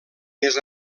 més